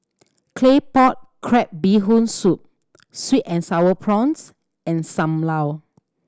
Claypot Crab Bee Hoon Soup sweet and Sour Prawns and Sam Lau